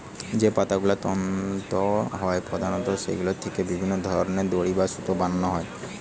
যে পাতাগুলো তন্তু হয় প্রধানত সেগুলো থিকে বিভিন্ন ধরনের দড়ি বা সুতো বানানা হয়